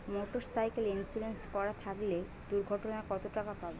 Motorcycle insurance করা থাকলে দুঃঘটনায় কতটাকা পাব?